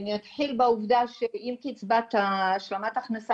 אני אתחיל בעובדה שבגיל קצבת השלמת ההכנסה